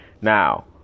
Now